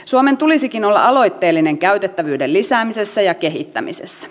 suomen tulisikin olla aloitteellinen käytettävyyden lisäämisessä ja kehittämisessä